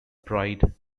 pride